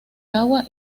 agua